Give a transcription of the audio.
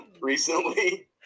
recently